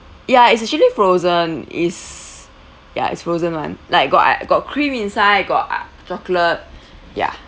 ya it's actually frozen is ya it's frozen [one] like got i~ got cream inside got i~ chocolate ya